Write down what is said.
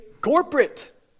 corporate